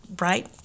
right